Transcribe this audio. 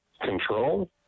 control